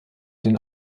den